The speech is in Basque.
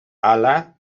hala